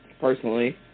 personally